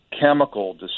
chemical